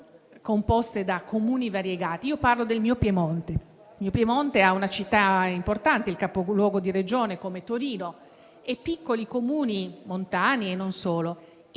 composte da Comuni variegati. Io parlo del mio Piemonte, che ha una città importante, il capoluogo di Regione, Torino, e diversi piccoli Comuni, montani e non solo.